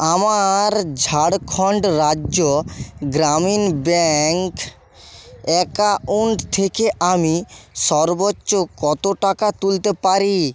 আমার Jharkhand Rajya Gramin bank account থেকে আমি সর্বোচ্চ কত টাকা তুলতে পারি